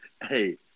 Hey